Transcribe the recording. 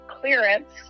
clearance